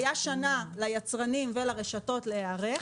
הייתה שנה ליצרנים ולרשתות להיערך.